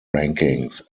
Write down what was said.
rankings